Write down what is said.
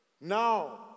Now